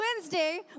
Wednesday